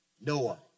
Noah